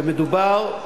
ומדובר,